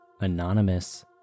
anonymous